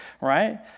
right